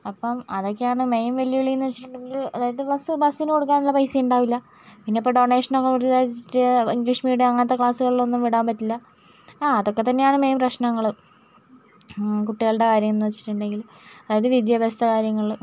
അപ്പം അതൊക്കെയാണ് മെയിൻ വെല്ലിവിളിയെന്ന് വെച്ചിട്ടുണ്ടങ്കിൽ അതായത് ബസ്സ് ബസ്സിന് കൊടുക്കാനുള്ള പൈസയുണ്ടാകില്ല പിന്നെ ഇപ്പോൾ ഡൊനേഷനൊക്കെ ഇംഗ്ലീഷ് മീഡിയം അങ്ങനത്തെ ക്ലാസ്സുകളിലൊന്നും വിടാൻ പറ്റില്ല ആ അതൊക്കെ തന്നെയാണ് മെയിൻ പ്രശ്നങ്ങൾ കുട്ടികളുടെ കാര്യം എന്നുവെച്ചിട്ടുണ്ടെങ്കിൽ അതായത് വിദ്യാഭ്യാസ കാര്യങ്ങൾ